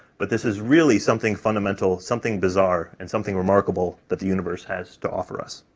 but this is really something fundamental, something bizarre, and something remarkable that the universe has to offer us.